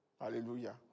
Hallelujah